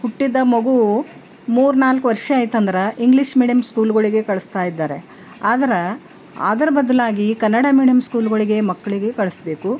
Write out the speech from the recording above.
ಹುಟ್ಟಿದ ಮಗುವು ಮೂರು ನಾಲ್ಕು ವರ್ಷ ಆಯ್ತಂದ್ರೆ ಇಂಗ್ಲೀಷ್ ಮೀಡಿಯಮ್ ಸ್ಕೂಲ್ಗಳಿಗೆ ಕಳಿಸ್ತಾಯಿದ್ದಾರೆ ಆದ್ರೆ ಅದ್ರ ಬದಲಾಗಿ ಕನ್ನಡ ಮೀಡಿಯಮ್ ಸ್ಕೂಲ್ಗಳಿಗೆ ಮಕ್ಕಳಿಗೆ ಕಳಿಸ್ಬೇಕು